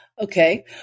Okay